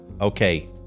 okay